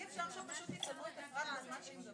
אני שואלת אם אפשר לקבל שירותים שהם לא